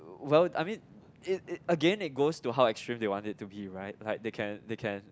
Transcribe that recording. well I mean it it again it goes to how extreme they want it to be right like they can they can